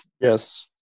yes